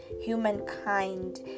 humankind